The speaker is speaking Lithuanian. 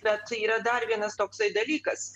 bet yra dar vienas toksai dalykas